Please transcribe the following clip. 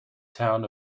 town